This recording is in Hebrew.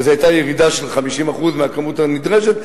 וזו היתה ירידה של 50% בכמות הנכנסת,